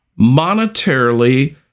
monetarily